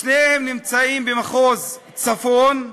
שתיהן נמצאות במחוז צפון.